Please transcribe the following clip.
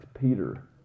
Peter